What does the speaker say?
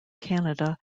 canada